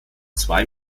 zwei